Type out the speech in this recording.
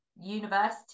university